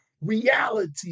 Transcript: reality